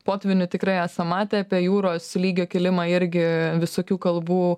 potvynių tikrai esam matę apie jūros lygio kilimą irgi visokių kalbų